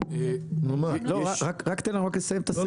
רק תן לה לסיים את הסעיף.